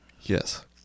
Yes